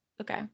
Okay